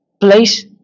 place